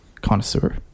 connoisseur